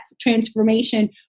transformation